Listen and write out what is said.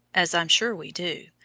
as i am sure we do,